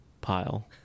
pile